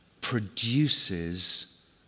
produces